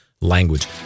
language